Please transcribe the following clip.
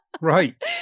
Right